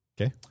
okay